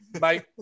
mate